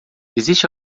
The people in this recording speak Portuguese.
existe